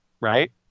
Right